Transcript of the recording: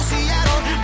Seattle